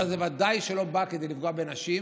אבל זה בוודאי לא בא כדי לפגוע בנשים.